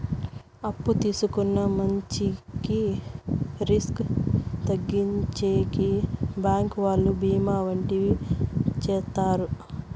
అప్పు తీసుకున్న మంచికి రిస్క్ తగ్గించేకి బ్యాంకు వాళ్ళు బీమా వంటివి చేత్తారు